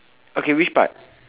okay which part